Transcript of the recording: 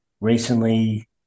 recently